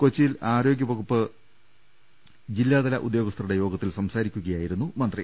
കൊച്ചിയിൽ ആരോഗ്യ വകുപ്പ് ജില്ലാതല ഉദ്യോഗസ്ഥരുടെ യോഗത്തിൽ സംസാരി ക്കുകയായിരുന്നു മന്ത്രി